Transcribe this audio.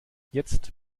jetzt